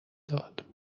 داد